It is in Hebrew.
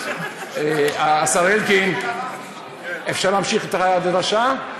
השר אלקין, אפשר להמשיך את הדרשה?